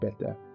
better